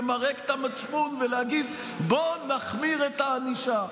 למרק את המצפון ולהגיד: בואו נחמיר את הענישה.